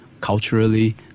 culturally